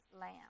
lamb